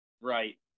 right